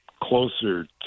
closer